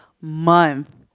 month